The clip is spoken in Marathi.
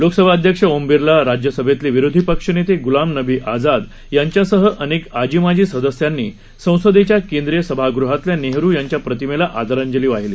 लोकसभा अध्यक्ष ओम बिर्ला राज्यसेभेतले विरोधी पक्षनेते गुलाम नबी आझाद यांच्यासह अनेक आजी माजी सदस्यांनी संसदेच्या केंद्रीय सभागृहातल्या नेहरु यांच्या प्रतिमेला आदरांजली वाहिली